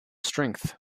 strength